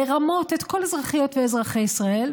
לרמות את כל אזרחיות אזרחי ישראל,